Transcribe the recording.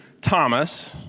Thomas